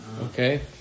Okay